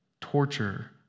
torture